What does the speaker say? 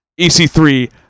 EC3